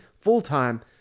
full-time